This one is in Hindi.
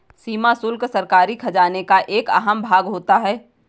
सीमा शुल्क सरकारी खजाने का एक अहम भाग होता है